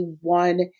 one